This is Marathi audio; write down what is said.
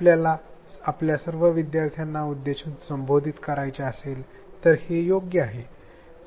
आपल्याला आपल्या सर्व विद्यार्थ्यांना उद्देशून संबोधित करायचे असेल तर ते योग्य आहे